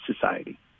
society